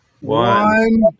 one